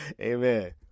Amen